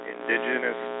Indigenous